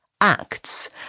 acts